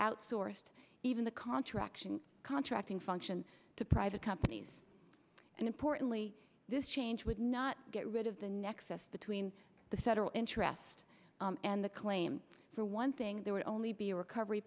outsourced even the contradiction contracting function to private companies and importantly this change would not get rid of the nexus between the federal interest and the claim for one thing there were only be recovery